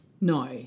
No